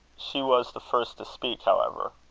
she was the first to speak, however.